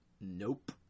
nope